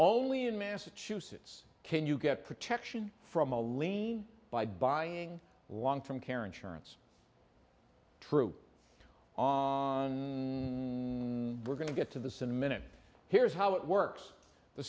only in massachusetts can you get protection from a lien by buying long term care insurance true on we're going to get to the sin minute here's how it works the